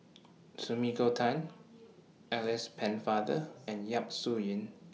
Sumiko Tan Alice Pennefather and Yap Su Yin